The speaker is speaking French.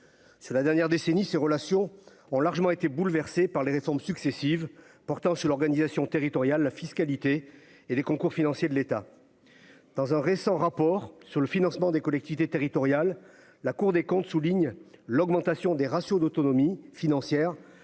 c'est la dernière décennie, ces relations ont largement été bouleversé par les réformes successives portant sur l'organisation territoriale, la fiscalité et les concours financiers de l'État. Dans un récent rapport sur le financement des collectivités territoriales, la Cour des comptes souligne l'augmentation des ratios d'autonomie financière,